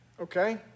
okay